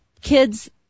kids